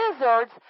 lizards